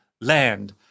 land